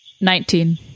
Nineteen